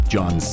John